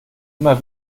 immer